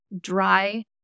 dry